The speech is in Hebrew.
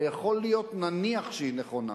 ויכול להיות, נניח שהיא נכונה,